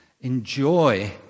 Enjoy